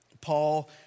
Paul